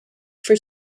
for